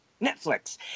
Netflix